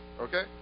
okay